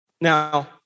Now